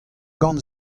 gant